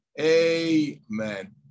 amen